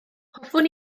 hoffwn